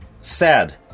sad